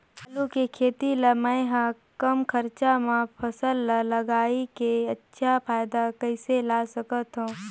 आलू के खेती ला मै ह कम खरचा मा फसल ला लगई के अच्छा फायदा कइसे ला सकथव?